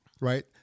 right